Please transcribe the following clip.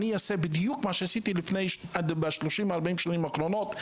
אני אעשה בדיוק מה שעשיתי ב-40-30 שנים האחרונות,